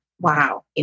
wow